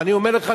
ואני אומר לך,